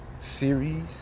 series